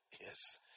Yes